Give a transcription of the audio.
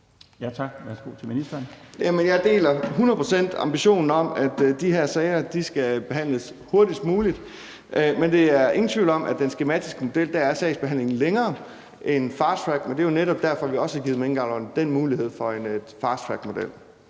(Thomas Danielsen): Jeg deler hundrede procent ambitionen om, at de her sager skal behandles hurtigst muligt. Men der er ingen tvivl om, at ved den skematiske model er sagsbehandlingen længere end ved fasttrackmodellen. Men det er jo netop derfor, vi også har givet minkavlerne den mulighed for en fasttrackmodel.